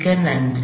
மிக்க நன்றி